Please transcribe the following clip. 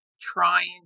trying